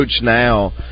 now